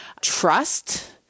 trust